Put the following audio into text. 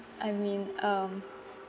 I mean um